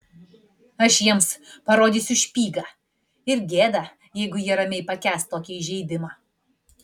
aš jiems parodysiu špygą ir gėda jeigu jie ramiai pakęs tokį įžeidimą